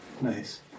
Nice